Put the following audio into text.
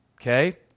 Okay